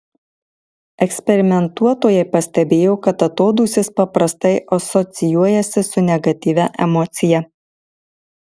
eksperimentuotojai pastebėjo kad atodūsis paprastai asocijuojasi su negatyvia emocija